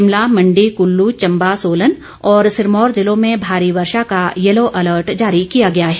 शिमला मण्डी कुल्लू चम्बा सोलन और सिरमौर जिलों में भारी वर्षा का ऐलो अलर्ट जारी किया गया है